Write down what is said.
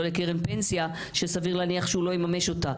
לקרן פנסיה שסביר להניח שהוא לא יממש אותה.